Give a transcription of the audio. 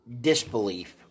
disbelief